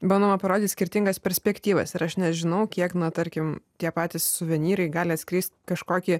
bandoma parodyt skirtingas perspektyvas ir aš nežinau kiek na tarkim tie patys suvenyrai gali atskleist kažkokį